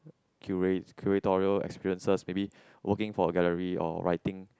cura~ curatorial experiences maybe working for a gallery or writing